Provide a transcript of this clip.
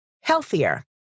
healthier